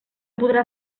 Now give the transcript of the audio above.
podrà